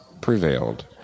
prevailed